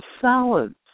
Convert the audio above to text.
salads